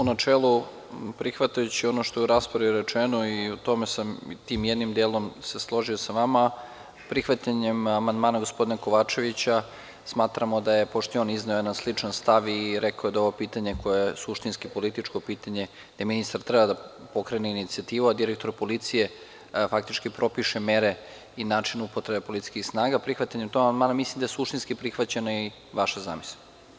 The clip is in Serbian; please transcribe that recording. U načelu, prihvatajući ono što je u raspravi rečeno i u tome sam se, tim jednim delom složio sa vama, prihvatanjem amandmana gospodina Kovačevića, smatramo da, pošto je on izneo jedan sličan stav i rekao da je ovo pitanje koje je suštinsko, političko pitanje, da ministar treba da pokrene inicijativu, a direktor policije faktički propiše mere i način upotrebe policijskih snaga, prihvatanjem toga, mada mislim da je suštinski prihvaćena i vaša zamisao.